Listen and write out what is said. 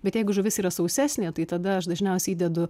bet jeigu žuvis yra sausesnė tai tada aš dažniausiai įdedu